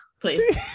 please